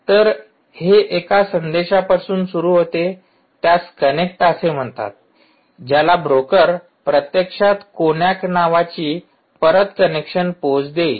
तर हे एका संदेशापासून सुरू होते त्यास कनेक्ट असे म्हणतात ज्याला ब्रोकर प्रत्यक्षात कोनॅक नावाची परत कनेक्शन पोच देईल